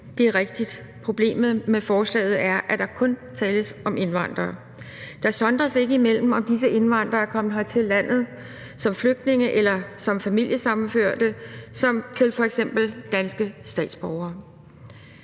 Det er rigtigt. Problemet med forslaget er, at der kun tales om indvandrere. Der sondres ikke imellem, om disse indvandrere er kommet her til landet som flygtninge eller som familiesammenførte til f.eks. danske statsborgere.